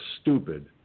stupid